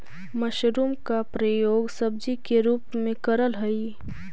mushroom का प्रयोग सब्जी के रूप में करल हई